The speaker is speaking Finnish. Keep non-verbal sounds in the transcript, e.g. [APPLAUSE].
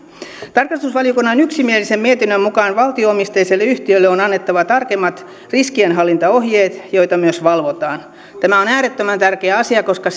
tarkastusvaliokunnan yksimielisen mietinnön mukaan valtio omisteiselle yhtiölle on annettava tarkemmat riskienhallintaohjeet joita myös valvotaan tämä on äärettömän tärkeä asia koska [UNINTELLIGIBLE]